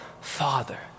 Father